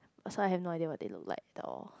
sorry I've no idea what they look like at all